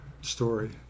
story